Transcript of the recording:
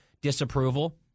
disapproval